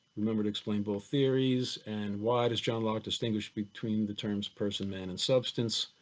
remember to explain both theories and why does john locke distinguish between the terms person, man, and substance?